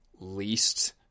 least